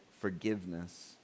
forgiveness